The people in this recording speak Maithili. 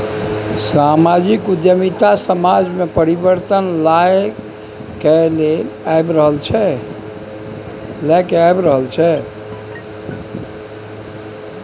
समाजिक उद्यमिता समाज मे परिबर्तन लए कए आबि रहल छै